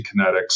Kinetics